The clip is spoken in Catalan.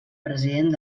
president